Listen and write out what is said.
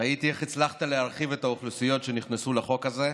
ראיתי איך הצלחת להרחיב את האוכלוסיות שנכנסו לחוק הזה,